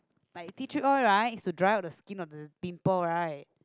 like tea tree oil right it's to dry out the skin of the pimple right